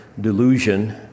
delusion